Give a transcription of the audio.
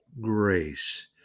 grace